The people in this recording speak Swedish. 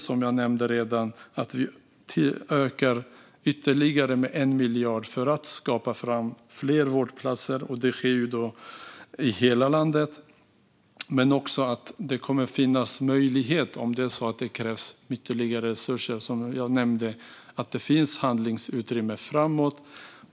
Som jag redan nämnt ökar vi med ytterligare 1 miljard för att skapa fler vårdplatser, och det sker i hela landet. Om det krävs ytterligare resurser kommer det som jag nämnde att finnas möjlighet till handlingsutrymme framöver.